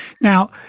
Now